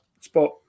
spot